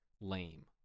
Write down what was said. lame